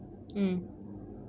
mm